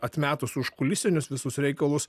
atmetus užkulisinius visus reikalus